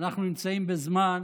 אנחנו נמצאים בזמן